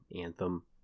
Anthem